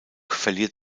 verliert